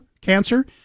cancer